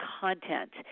content